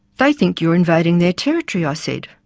they think you're invading their territory i said.